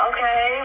Okay